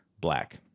black